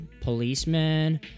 policemen